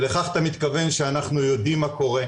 ולכך אתה מתכוון שאנחנו יודעים מה קורה,